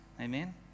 Amen